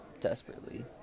desperately